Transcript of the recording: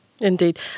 Indeed